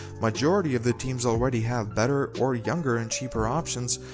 majority of the teams already have better or younger and cheaper options,